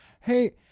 hey